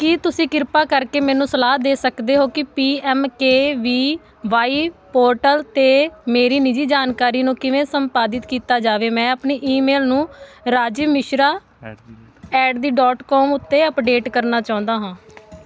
ਕੀ ਤੁਸੀਂ ਕਿਰਪਾ ਕਰਕੇ ਮੈਨੂੰ ਸਲਾਹ ਦੇ ਸਕਦੇ ਹੋ ਕਿ ਪੀਐੱਮਕੇਵੀਵਾਈ ਪੋਰਟਲ 'ਤੇ ਮੇਰੀ ਨਿੱਜੀ ਜਾਣਕਾਰੀ ਨੂੰ ਕਿਵੇਂ ਸੰਪਾਦਿਤ ਕੀਤਾ ਜਾਵੇ ਮੈਂ ਆਪਣੀ ਈਮੇਲ ਨੂੰ ਰਾਜੀ ਮਿਸ਼ਰਾ ਐਟ ਦੀ ਡੋਟ ਕੋਮ ਉੱਤੇ ਅਪਡੇਟ ਕਰਨਾ ਚਾਹੁੰਦਾ ਹਾਂ